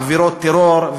עבירות טרור,